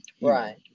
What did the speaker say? Right